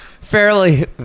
fairly